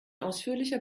ausführlicher